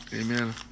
Amen